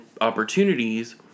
opportunities